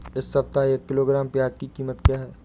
इस सप्ताह एक किलोग्राम प्याज की कीमत क्या है?